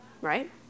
right